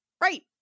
right